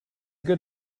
good